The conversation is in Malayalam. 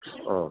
ആ